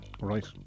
right